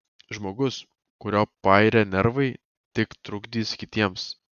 žmogus kurio pairę nervai tik trukdys kitiems